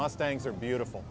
mustangs are beautiful